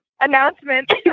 Announcement